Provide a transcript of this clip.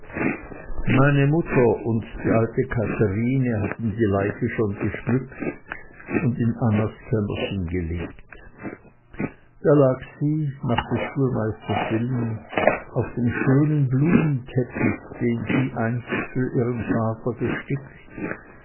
meine mutter und die alte katherine hatten die leiche schon geschmückt und in annas kämmerchen gelegt da lag sie nach des schulmeisters willen auf dem schönen blumenteppich den sie einst für ihren vater gestickt